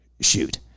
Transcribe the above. shoot